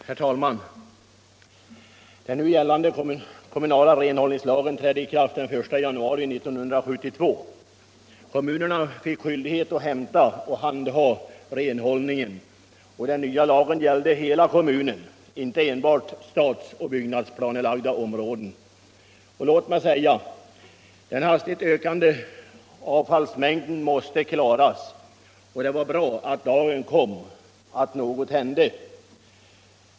Herr talman! Den nu gällande kommunala renhållningslagen trädde i kraft den I januari 1972. Kommunerna fick därmed skyldighet att handha renhållningen. Den nya lagen gällde hela kommunerna. inte enbart stads och byggnadsplanelagda områden. Låt mig här säga att det var nödvändigt att klara av den hastigt ökande avfallsmängden. Det var bra att lagen kom, att något hände.